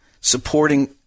supporting